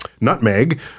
nutmeg